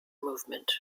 movement